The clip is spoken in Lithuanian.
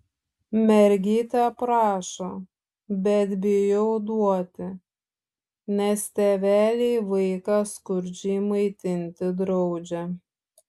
mergytė prašo bet bijau duoti nes tėveliai vaiką skurdžiai maitinti draudžia